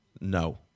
No